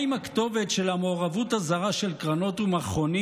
מה עם הכתובת של המעורבות הזרה של קרנות ומכונים